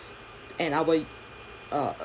and our y~ uh